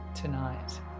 tonight